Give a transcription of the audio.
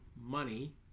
money